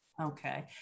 okay